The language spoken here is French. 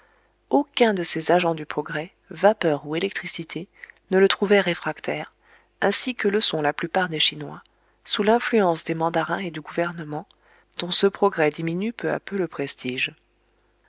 aucun de ces agents du progrès vapeur ou électricité ne le trouvait réfractaire ainsi que le sont la plupart des chinois sous l'influence des mandarins et du gouvernement dont ce progrès diminue peu à peu le prestige